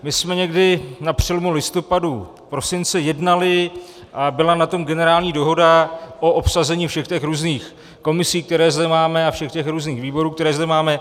My jsme někdy na přelomu listopadu prosince jednali, byla na tom generální dohoda o obsazení všech těch různých komisí, které zde máme, a všech těch různých výborů, které zde máme.